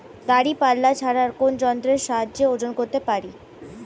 দাঁড়িপাল্লা ছাড়া আর কোন যন্ত্রের সাহায্যে ওজন করতে পারি?